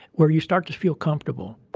where you start to feel comfortable